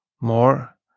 more